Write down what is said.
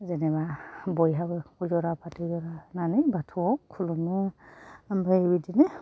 जेनोबा बयहाबो गय जरा फाथै जरा होनानै बाथौयाव खुलुमो ओमफ्राय बिदिनो